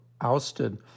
ousted